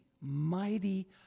mighty